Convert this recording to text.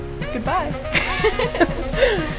Goodbye